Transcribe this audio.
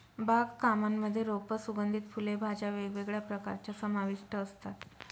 बाग कामांमध्ये रोप, सुगंधित फुले, भाज्या वेगवेगळ्या प्रकारच्या समाविष्ट असतात